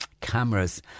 cameras